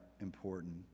important